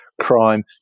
crime